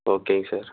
okay sir